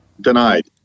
denied